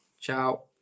ciao